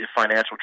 financial